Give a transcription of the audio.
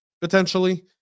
potentially